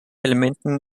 elementen